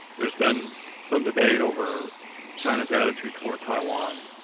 there's been some debate over china's attitude towards taiwan.